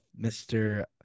Mr